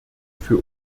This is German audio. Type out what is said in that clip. für